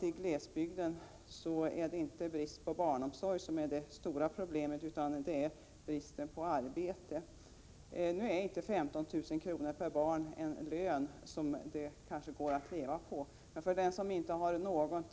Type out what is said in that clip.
I glesbygden är det inte bristen på barnomsorg som är problemet utan bristen på arbete. Nu är inte 15 000 kr. per barn en lön som det går att leva på, men för den som inte har någon